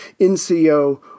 NCO